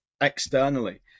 externally